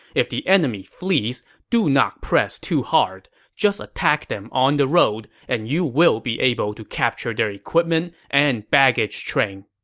if the enemy flees, do not press too hard. just attack them on the road and you will be able to capture their equipment and baggage train.